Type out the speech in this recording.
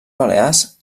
balears